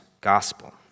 gospel